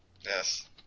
Yes